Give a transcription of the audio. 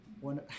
one